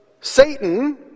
Satan